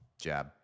jab